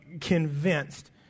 convinced